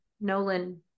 Nolan